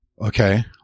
Okay